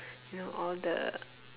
you know all the